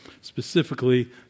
specifically